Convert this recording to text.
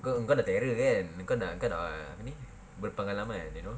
kau dah terror kan kau nak kau nak apa ni berpengalaman you know